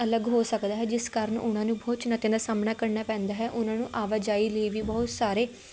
ਅਲੱਗ ਹੋ ਸਕਦਾ ਹੈ ਜਿਸ ਕਾਰਨ ਉਹਨਾਂ ਨੂੰ ਬਹੁਤ ਚੁਣੌਤੀਆਂ ਦਾ ਸਾਹਮਣਾ ਕਰਨਾ ਪੈਂਦਾ ਹੈ ਉਹਨਾਂ ਨੂੰ ਆਵਾਜਾਈ ਲਈ ਵੀ ਬਹੁਤ ਸਾਰੇ